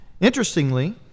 Interestingly